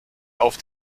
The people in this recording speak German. auf